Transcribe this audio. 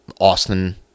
Austin